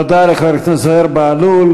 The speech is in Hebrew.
תודה לחבר הכנסת זוהיר בהלול.